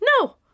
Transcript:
no